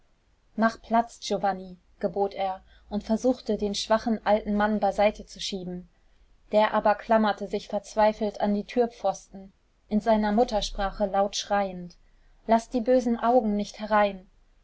mach platz giovanni gebot er und versuchte den schwachen alten mann beiseite zu schieben der aber klammerte sich verzweifelt an die türpfosten in seiner muttersprache laut schreiend laß die bösen augen nicht herein